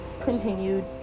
continued